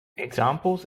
examples